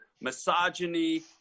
misogyny